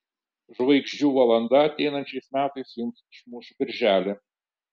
žvaigždžių valanda ateinančiais metais jums išmuš birželį